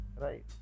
right